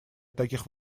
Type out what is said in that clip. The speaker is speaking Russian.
таких